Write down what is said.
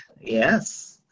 Yes